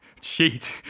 Cheat